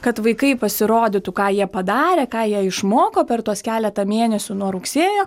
kad vaikai pasirodytų ką jie padarė ką jie išmoko per tuos keletą mėnesių nuo rugsėjo